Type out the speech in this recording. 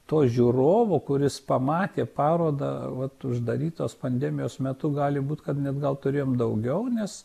to žiūrovo kuris pamatė parodą vat uždarytos pandemijos metu gali būt kad net gal turėjom daugiau nes